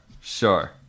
Sure